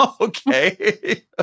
Okay